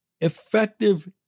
effective